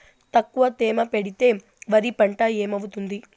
తక్కువ తేమ పెడితే వరి పంట ఏమవుతుంది